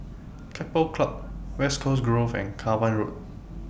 Keppel Club West Coast Grove and Cavan Road